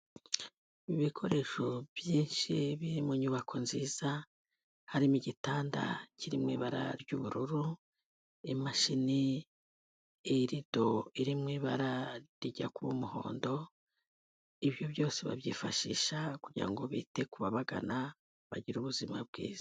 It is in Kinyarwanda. Ibikoresho byinshi biri mu nyubako nziza harimo igitanda kirimo ibara ry'ubururu, imashini, irido irimo ibara rijya kuba umuhondo, ibyo byose babyifashisha kugira ngo bite kubagana bagire ubuzima bwiza.